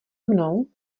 mnou